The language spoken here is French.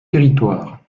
territoires